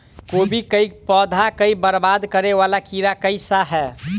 कोबी केँ पौधा केँ बरबाद करे वला कीड़ा केँ सा है?